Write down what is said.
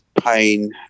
pain